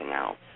else